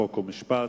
חוק ומשפט,